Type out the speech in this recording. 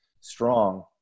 strong